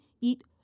EAT